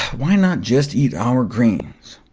why not just eat our greens?